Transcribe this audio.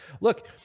look